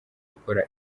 gukora